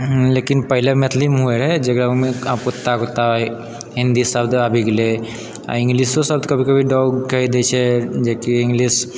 लेकिन पहिले मैथिलिमे हुए रहै जकरा हम आप कुत्ता कुत्ता हिन्दी शब्द आबि गेलै आओर इंग्लिशो शब्द कभी कभी डॉग कहि दै छै जे कि इंग्लिश